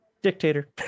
dictator